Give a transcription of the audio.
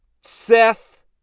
Seth